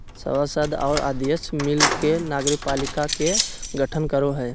सभासद और अध्यक्ष मिल के नगरपालिका के गठन करो हइ